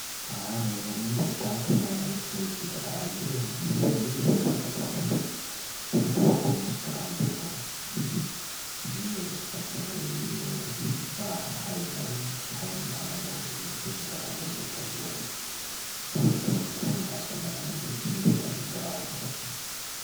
Aah renay mihitsy tato na- nisondrotry grady io, ino fomba nataonao mba natafisonjotsy grady anao? Ino ezaky nataonao, ino raha hainao tsy hain'ny namanao mitovy grady aminao taloha reo? Mba ho ataonay koa amin'ny asanay any mba hisondrotanay grady koa.